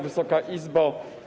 Wysoka Izbo!